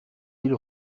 ligne